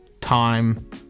time